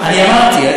אני אמרתי.